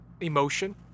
emotion